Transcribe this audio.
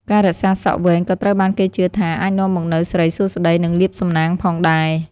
ការរក្សាសក់វែងក៏ត្រូវបានគេជឿថាអាចនាំមកនូវ សិរីសួស្តី និងលាភសំណាង ផងដែរ។